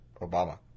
Obama